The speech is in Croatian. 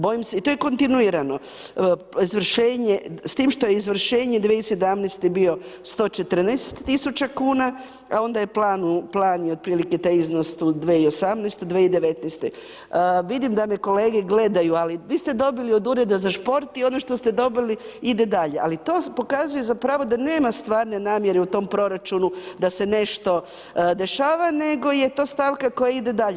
Bojim se, i to je kontinuirano, s tim što je izvršenje 2017.-te bilo 114.000 kuna, a onda je, plan je otprilike taj iznos tu 2018./2019., vidim da me kolege gledaju, ali vi ste dobili od Ureda za šport i ono što ste dobili, ide dalje, ali to pokazuje zapravo da nema stvarne namjere u tom proračunu da se nešto dešava, nego je to stavka koja ide dalje.